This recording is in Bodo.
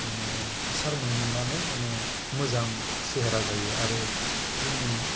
माने हासार मोननानै माने मोजां सेहेरा जायो आरो जोङो